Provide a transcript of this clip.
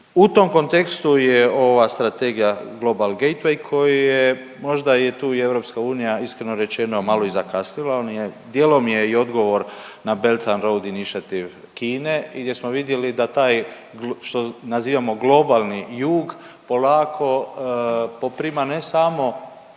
U tom kontekstu je ova strategija Global Gateway koji je možda je tu i EU iskreno rečeno malo i zakasnila, djelom je i odgovor na Belt and Road initiative Chine gdje smo vidjeli da taj što nazivamo globalni jug polako poprima ne samo